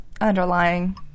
underlying